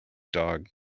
dog